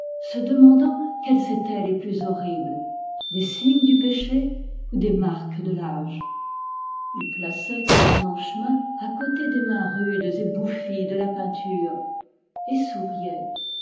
se demandant quels étaient les plus horribles des signes du péché ou des marques de lâge plaçait ses blanches mains à côté des mains rudes et bouffies de la peinture et souriait